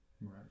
right